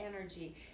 energy